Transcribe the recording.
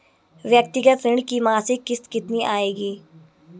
व्यक्तिगत ऋण की मासिक किश्त कितनी आएगी?